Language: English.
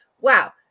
wow